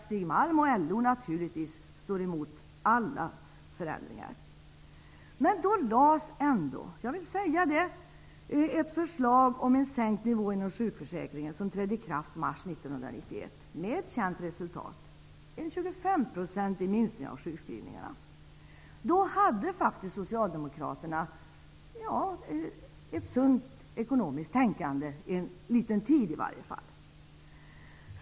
Stig Malm och LO gick naturligtvis emot alla förändringar. Men då lades ändå fram ett förslag om en sänkt nivå inom sjukförsäkringen, som trädde i kraft mars 1991 med känt resultat. Det blev en 25-procentig minskning av sjukskrivningarna. Då utövade socialdemokraterna ett sunt ekonomiskt tänkande -- en liten tid i varje fall.